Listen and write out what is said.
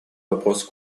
вопрос